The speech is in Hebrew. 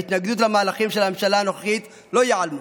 ההתנגדות למהלכים של הממשלה הנוכחית לא ייעלמו,